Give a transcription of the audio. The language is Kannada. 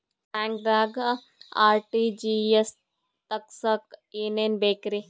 ಬ್ಯಾಂಕ್ದಾಗ ಆರ್.ಟಿ.ಜಿ.ಎಸ್ ತಗ್ಸಾಕ್ ಏನೇನ್ ಬೇಕ್ರಿ?